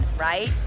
right